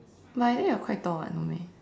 but I think you are quite tall [what] no meh